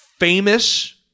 Famous